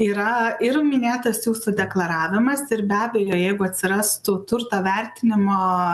yra ir minėtas jūsų deklaravimas ir be abejo jeigu atsirastų turto vertinimo